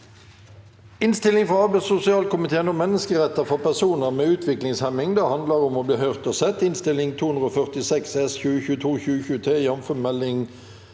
Innstilling frå arbeids- og sosialkomiteen om Menneskerettar for personar med utviklingshemming – Det handlar om å bli høyrt og sett